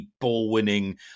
ball-winning